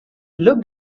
looked